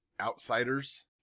outsiders